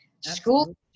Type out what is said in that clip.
School